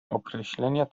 określenia